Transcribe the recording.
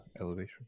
elevation